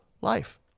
life